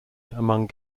among